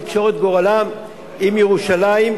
את גורלם עם ירושלים.